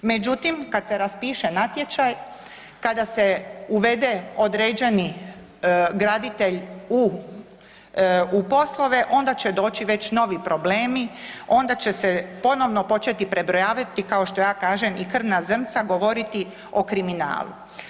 Međutim, kad se raspiše natječaj kada se uvede određeni graditelj u poslove onda će doći već novi problemi, onda će se ponovno početi prebrojavati kao što ja kažem i krvna zrnca, govoriti o kriminalu.